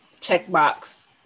Checkbox